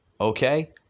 okay